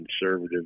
conservative